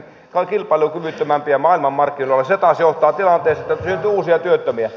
se taas johtaa tilanteeseen että syntyy uusia työttömiä